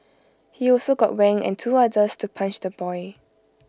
he also got Wang and two others to punch the boy